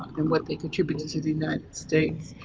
and what they contributed to the united states,